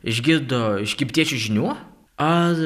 išgirdo iš egiptiečių žynių ar